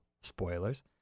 Spoilers